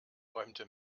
räumte